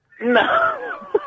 No